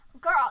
girl